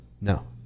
no